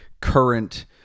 current